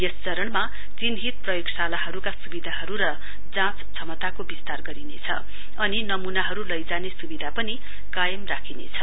यस चरणमा चिन्हित प्रयोगशालहाहरूका सुविधाहरू र जाँच क्षमताको विस्तार गरिनेछ अनि नमुनाहरू लैजाने सुविधा पनि कायम राखिनेछ